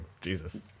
Jesus